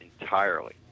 entirely